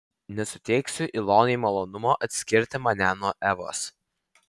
nesuteiksiu ilonai malonumo atskirti mane nuo evos